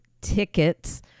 tickets